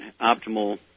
optimal